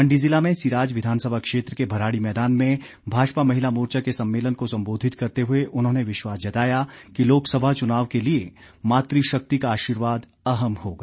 मण्डी जिला में सिराज विधानसभा क्षेत्र के भराड़ी मैदान में भाजपा महिला मोर्चा के सम्मेलन को सम्बोधित करते हुए उन्होंने विश्वास जताया कि लोकसभा चुनाव के लिए मातू शक्ति का आशीर्वाद अहम होगा